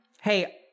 hey